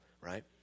right